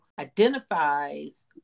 identifies